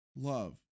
Love